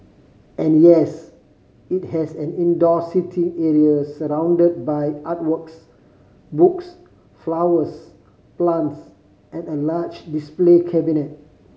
and yes it has an indoor seating area surrounded by art works books flowers plants and a large display cabinet